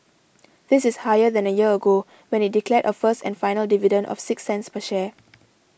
this is higher than a year ago when it declared a first and final dividend of six cents per share